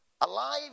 alive